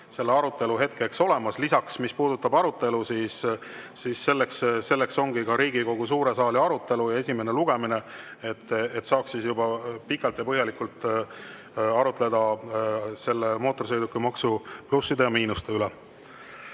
selle arutelu hetkeks kindlasti olemas. Lisaks, mis puudutab arutelu, siis selleks ongi Riigikogu suure saali arutelu ja esimene lugemine, et saaks pikalt ja põhjalikult arutleda selle mootorsõidukimaksu plusside ja miinuste üle.